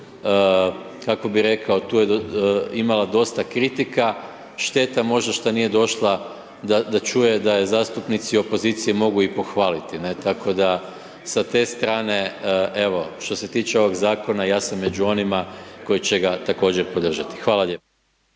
kako bih rekao, tu je imala dosta kritika, šteta možda što nije došla da čuje da je zastupnici opozicije mogu i pohvaliti, ne? Tako da sa te strane, evo, što se tiče ovog zakona, ja sam među onima koji će ga također podržati. Hvala lijepo.